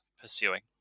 pursuing